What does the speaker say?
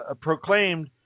proclaimed